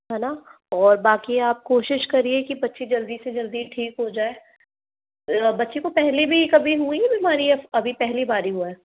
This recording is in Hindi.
है ना और बाकी आप कोशिश करिए कि बच्ची जल्दी से जल्दी ठीक हो जाए बच्ची को पहले भी कभी हुई है बीमारी या अभी पहली बार हुआ है